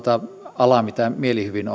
ala mitä mielihyvin